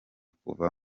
kuva